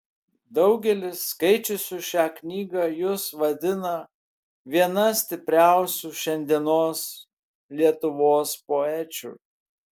daugelis skaičiusių šią knygą jus vadina viena stipriausių šiandienos lietuvos poečių